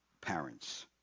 parents